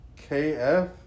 KF